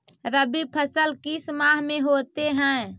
रवि फसल किस माह में होते हैं?